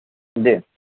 جی